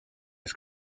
his